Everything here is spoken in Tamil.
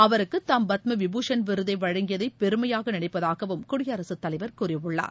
அவருக்கு தாம் பத்ம விபூஷண் விருதை வழங்கியதை பெருமையாக நினைப்பதாகவும் குடியரசு தலைவர் கூறியுள்ளார்